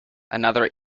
another